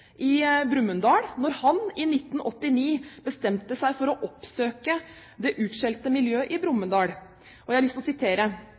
i Brumunddal, da han i 1989 bestemte seg for å oppsøke det utskjelte miljøet i